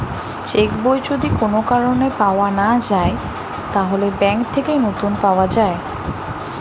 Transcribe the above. check বই যদি কোন কারণে পাওয়া না যায়, তাহলে ব্যাংক থেকে নতুন পাওয়া যায়